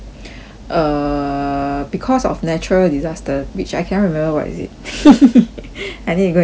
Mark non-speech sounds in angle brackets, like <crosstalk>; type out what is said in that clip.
err because of natural disaster which I cannot remember what is it <laughs> I need to go and search